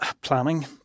planning